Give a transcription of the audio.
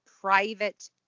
private